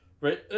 right